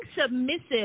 submissive